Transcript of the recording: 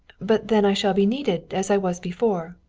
but then i shall be needed, as i was before.